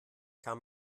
kann